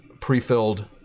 pre-filled